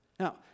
Now